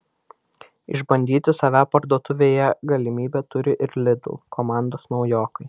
išbandyti save parduotuvėje galimybę turi ir lidl komandos naujokai